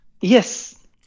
Yes